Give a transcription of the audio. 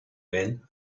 men